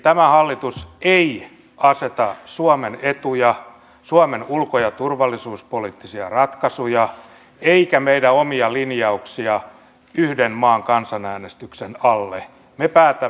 tämä hallitus ei aseta suomen etuja suomen ulko ja turvallisuuspoliittisia ratkaisuja eikä meidän omia linjauksiamme yhden maan kansanäänestyksen alle